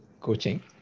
coaching